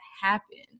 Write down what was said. happen